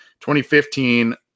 2015